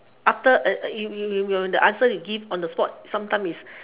after uh you you you you'll the answer you give on the spot sometime is